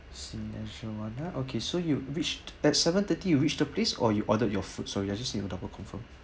Cineleisure [one] ah okay so you reached at seven-thirty you reached the place or you ordered your food sorry ah I just seek to double confirm